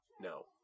No